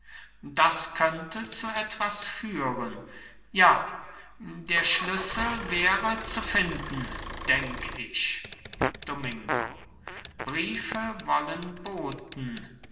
das könnte zu etwas führen ja der schlüssel wäre zu finden denk ich domingo briefe wollen boten